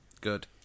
Good